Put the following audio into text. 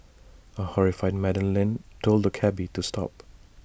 A horrified Madam Lin told the cabby to stop